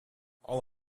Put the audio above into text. all